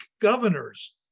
governors